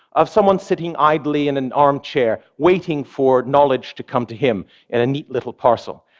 of someone sitting idly in an armchair waiting for knowledge to come to him in a neat little parcel.